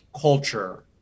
culture